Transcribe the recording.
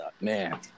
Man